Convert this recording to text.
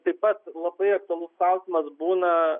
taip pat labai aktualus klausimas būna